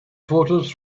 photos